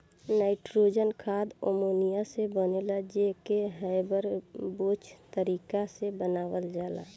nitrogen खाद ammonia से बनेला जे के हैबर बोच तारिका से बनावल जाला